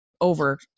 over